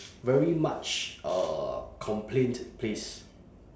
very much uh complained place